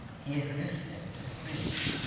he introduced them to the creams.